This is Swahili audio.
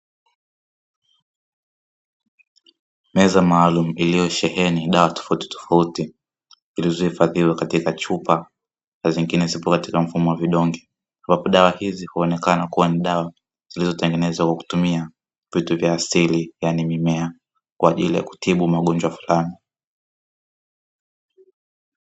Meza maalumu iliyosheheni dawa tofauti tofauti, zilizohifadhiwa katika chupa na nyingine zikiwa katika mfumo wa vidonge, ambapo dawa hizi huonekana kuwa dawa zilizotengenezwa kwa kutumia vitu vya asili, yaani mimea, kwa ajili ya kutibu magonjwa fulani.